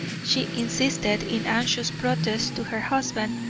she insisted, in anxious protest to her husband,